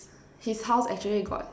his house actually got